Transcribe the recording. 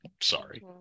sorry